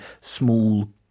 small